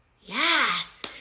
Yes